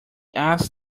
asked